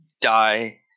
die